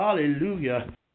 Hallelujah